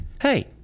hey